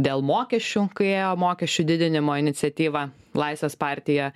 dėl mokesčių kai ėjo mokesčių didinimo iniciatyva laisvės partija